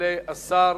יעלה השר